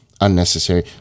unnecessary